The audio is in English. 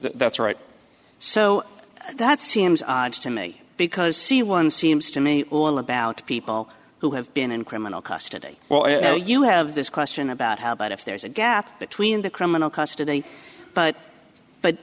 that's right so that seems odd to me because see one seems to me all about people who have been in criminal custody well i know you have this question about how about if there's a gap between the criminal custody but but